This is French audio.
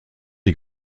est